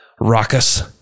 raucous